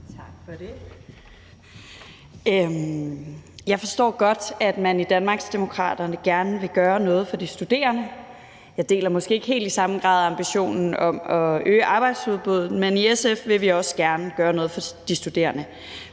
Tak for det. Jeg forstår godt, at man i Danmarksdemokraterne gerne vil gøre noget for de studerende. Jeg deler måske ikke helt i samme grad ambitionen om at øge arbejdsudbuddet, men i SF vil vi også gerne gøre noget for de studerende.